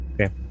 Okay